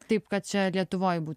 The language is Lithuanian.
taip kad čia lietuvoj bū